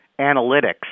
analytics